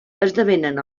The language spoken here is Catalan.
esdevenen